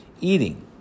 Eating